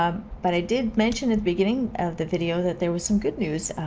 um but i did mention at the beginning of the video that there was some good news.